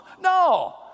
No